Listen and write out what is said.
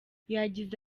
yagize